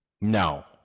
No